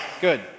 Good